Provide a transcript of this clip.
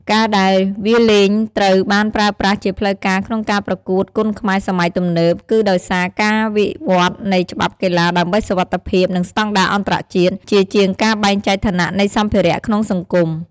ការដែលវាលែងត្រូវបានប្រើប្រាស់ជាផ្លូវការក្នុងការប្រកួតគុនខ្មែរសម័យទំនើប គឺដោយសារការវិវត្តន៍នៃច្បាប់កីឡាដើម្បីសុវត្ថិភាព និងស្តង់ដារអន្តរជាតិ ជាជាងការបែងចែកឋានៈនៃសម្ភារៈក្នុងសង្គម។